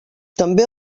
també